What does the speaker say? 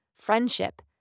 friendship